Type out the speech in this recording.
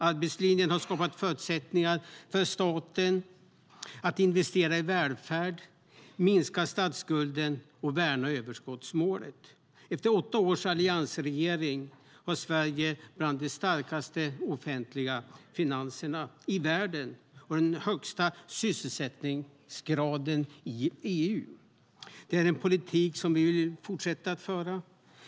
Arbetslinjen har skapat förutsättningar för staten att investera i välfärden, minska statsskulden och värna överskottsmålet. Efter åtta års alliansregering har Sverige bland de starkaste offentliga finanserna i världen och den högsta sysselsättningsgraden i EU. Det är en politik som vi vill fortsätta föra.